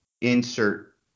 insert